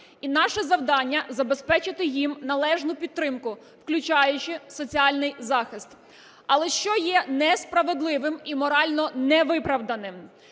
І наше завдання – забезпечити їм належну підтримку, включаючи соціальний захист. Але що є несправедливим і морально невиправданим,